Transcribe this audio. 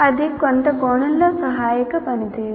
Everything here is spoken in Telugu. అది కొంత కోణంలో సహాయక పనితీరు